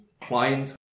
client